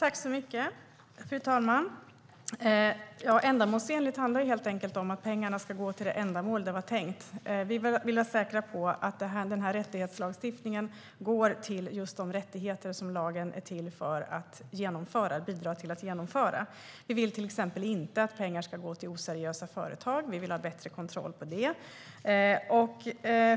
Fru talman! Ja, "ändamålsenligt" handlar helt enkelt om att pengarna ska gå till det ändamål det var tänkt. Vi vill vara säkra på att den här rättighetslagstiftningen går till just de rättigheter som lagen bidrar till att genomföra. Vi vill till exempel inte att pengar ska gå till oseriösa företag. Vi vill ha bättre kontroll på det.